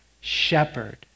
shepherd